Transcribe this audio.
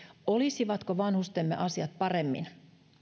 olisivatko vanhustemme asiat paremmin